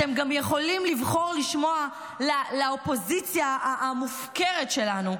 אתם גם יכולים לבחור לשמוע לאופוזיציה המופקרת שלנו,